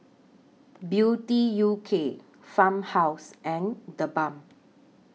Beauty U K Farmhouse and The Balm